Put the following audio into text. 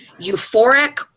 euphoric